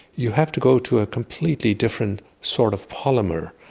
you have to go to a completely different sort of polymer.